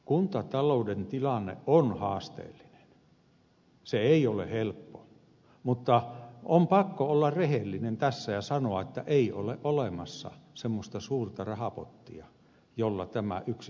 kuntatalouden tilanne on haasteellinen se ei ole helppo mutta on pakko olla rehellinen tässä ja sanoa että ei ole olemassa semmoista suurta rahapottia jolla tämä yksistään pelastuu